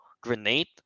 grenade